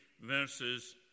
verses